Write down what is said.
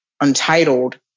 Untitled